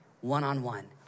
One-on-one